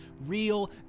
real